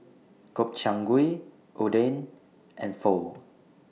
Gobchang Gui Oden and Pho